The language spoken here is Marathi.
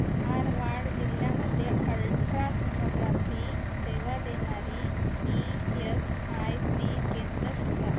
धारवाड जिल्ह्यामध्ये अल्ट्रा सोनोग्रापी सेवा देणारी ई यस आय सी केंद्र शोधा